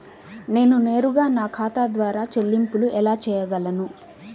నేను నేరుగా నా ఖాతా ద్వారా చెల్లింపులు ఎలా చేయగలను?